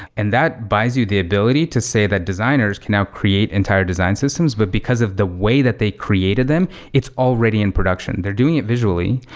and that buys you the ability to say that designers can now create entire design systems, but because of the way that they created them, it's already in production. they're doing it visually,